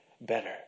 better